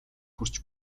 хүрч